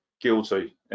Guilty